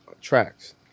Tracks